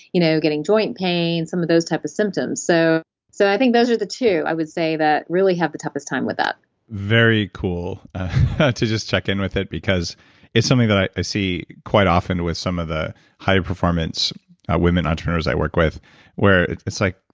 you know getting joint pains some of those types of symptoms so so i think those are the two, i would say that really have the toughest time with that very cool to just check in with it, because it's something that i see quite often with some of the high-performance women entrepreneurs i work with where it's like,